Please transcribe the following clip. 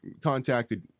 contacted